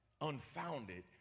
unfounded